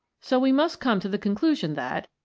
so we must come to the conclusion that,